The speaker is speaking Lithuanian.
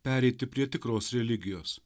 pereiti prie tikros religijos